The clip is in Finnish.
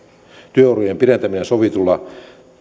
työurien pidentäminen sovitulla